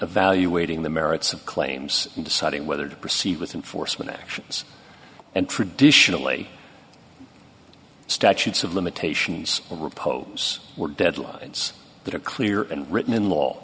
evaluating the merits of claims in deciding whether to proceed with enforcement actions and traditionally statutes of limitations or repose were deadlines that are clear and written in law